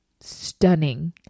stunning